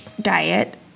Diet